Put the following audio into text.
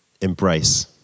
embrace